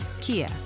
Kia